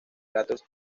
platos